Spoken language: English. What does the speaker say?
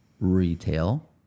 retail